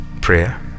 Prayer